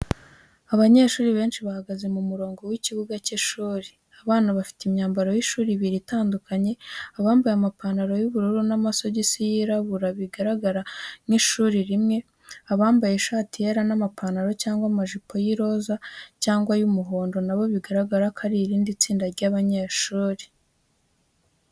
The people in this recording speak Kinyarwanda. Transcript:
Abanyeshuri benshi bahagaze mu murongo mu kibuga cy’ishuri. Abana bafite imyambaro y’ishuri ibiri itandukanye abambaye amaporo y’ubururu n’amasogisi yirabura bigaragara nk’ishuri rimwe. Abambaye ishati yera n’amapantaro cyangwa amajipo y’iroza cyangwa y’umuhondo nabo bigaragara ko ari irindi tsinda ry’abanyeshuri.